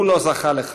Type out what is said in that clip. הוא לא זכה לכך,